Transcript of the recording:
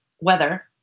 weather